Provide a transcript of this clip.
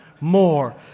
more